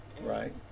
Right